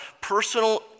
personal